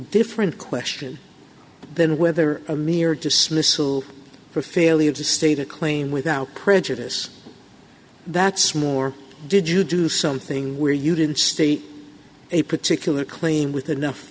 different question than whether a mere dismissal for failure to state a claim without prejudice that's more did you do something where you didn't state a particular claim with enough